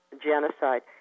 genocide